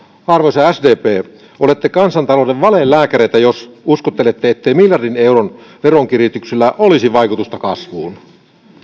arvoisa sdp olette kansantalouden valelääkäreitä jos uskottelette ettei miljardin euron veronkiristyksillä olisi vaikutusta kasvuun